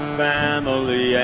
family